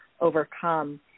overcome